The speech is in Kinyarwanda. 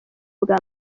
bwa